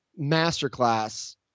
masterclass